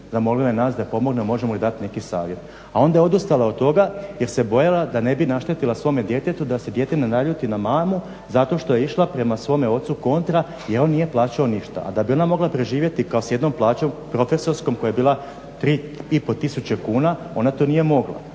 zamolio je nas da joj pomognemo i možemo li joj dati neki savjet, a onda je odustala od toga jer se bojala da ne bi naštetila svome djetetu da se dijete ne naljuti na mamu zato što je išla prema svome ocu kontra i on nije plaćao ništa. A da bi ona mogla preživjeti s jednom plaćom profesorskom koja je bila 3.500 kuna ona to nije mogla